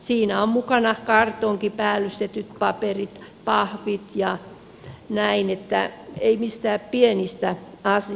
siinä on mukana kartonki päällystetyt paperit pahvit ja näin että ei mistään pienistä asioista ole kysymys